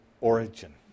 origin